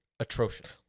Atrocious